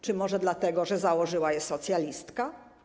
Czy może dlatego, że założyła je socjalistka?